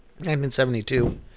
1972